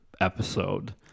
episode